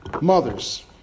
Mothers